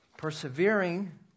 persevering